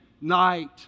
night